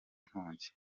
nkongi